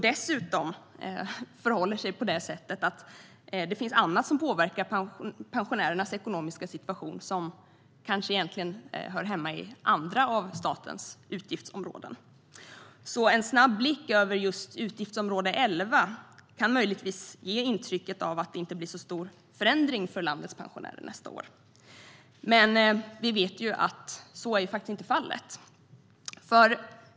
Dessutom förhåller det sig på det sättet att det finns annat som påverkar pensionärernas ekonomiska situation som kanske egentligen hör hemma inom andra av statens utgiftsområden. En snabb blick över just utgiftsområde 11 kan därför möjligtvis ge intrycket av att det inte blir så stor förändring för landets pensionärer nästa år. Vi vet dock att så inte är fallet.